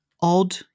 odd